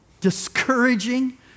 discouraging